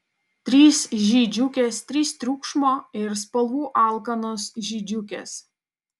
trys žydžiukės trys triukšmo ir spalvų alkanos žydžiukės